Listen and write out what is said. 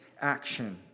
action